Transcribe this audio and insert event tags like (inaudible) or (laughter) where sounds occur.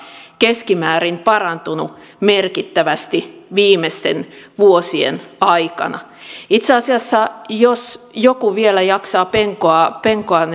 keskimäärin parantunut merkittävästi viimeisten vuosien aikana itse asiassa jos joku vielä jaksaa penkoa penkoa (unintelligible)